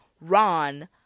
ron